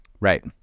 Right